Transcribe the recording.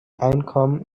einkommen